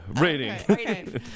rating